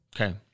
Okay